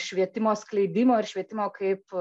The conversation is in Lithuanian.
švietimo skleidimo ir švietimo kaip